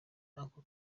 ako